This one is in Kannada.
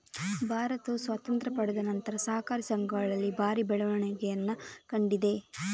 ಭಾರತವು ಸ್ವಾತಂತ್ರ್ಯ ಪಡೆದ ನಂತರ ಸಹಕಾರಿ ಸಂಘಗಳಲ್ಲಿ ಭಾರಿ ಬೆಳವಣಿಗೆಯನ್ನ ಕಂಡಿದೆ